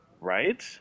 Right